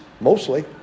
Mostly